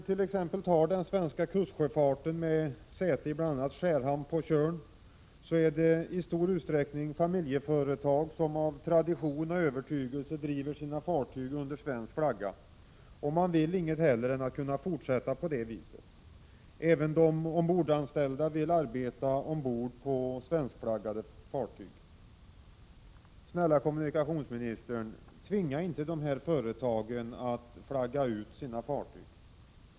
T. ex. den svenska kustsjöfarten bedrivs i stor utsträckning av familjeföretag — med säte i bl.a. Skärhamn på Tjörn — som av tradition och övertygelse driver sina fartyg under svensk flagg, och man vill inget hellre än att kunna fortsätta på det sättet. Även de ombordanställda vill arbeta ombord på svenskflaggade fartyg. Snälla kommunikationsministern! Tvinga inte dessa företag att flagga ut sina fartyg!